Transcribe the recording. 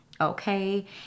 okay